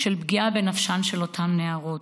של פגיעה בנפשן של אותן נערות.